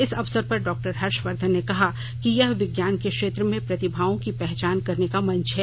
इस अवसर पर डॉक्टर हर्षवर्धन ने कहा कि यह विज्ञान के क्षेत्र में प्रतिभाओं की पहचान करने का मंच है